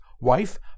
wife